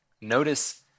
Notice